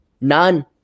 None